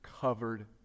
covered